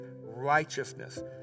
righteousness